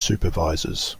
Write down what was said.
supervisors